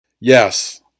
Yes